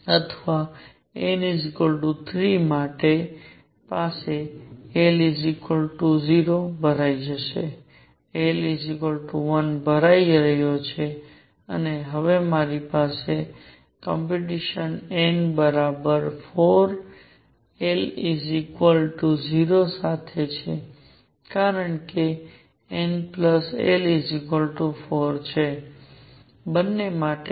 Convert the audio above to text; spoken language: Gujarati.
અથવા n 3 મારી પાસે l 0 ભરાઈ જશે l 1 ભરાઈ રહ્યો છે અને હવે મારી કોમ્પીટીશન n બરાબર 4 l 0 સાથે છે કારણ કે n l 4 છે બંને માટે